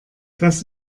das